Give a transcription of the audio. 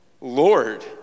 Lord